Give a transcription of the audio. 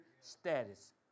status